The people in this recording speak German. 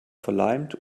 verleimt